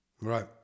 right